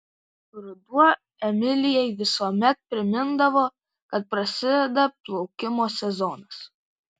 ruduo emilijai visuomet primindavo kad prasideda plaukimo sezonas